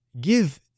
give